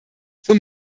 zum